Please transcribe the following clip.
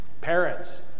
Parents